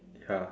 ya